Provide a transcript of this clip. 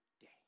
day